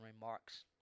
remarks